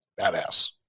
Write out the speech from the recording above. badass